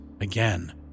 again